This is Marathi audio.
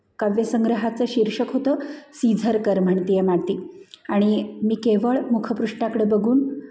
काव्यसंग्रहाचं शीर्षक होतं सीझर कर म्हणतेय माती आणि मी केवळ मुखपृष्ठाकडे बघून